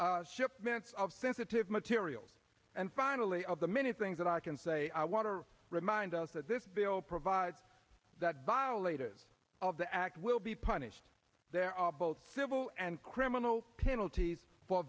shipments of sensitive material and finally of the many things that i can say i want to remind us that this bill provides that violators of the act will be punished there are both civil and criminal penalties for